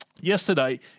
Yesterday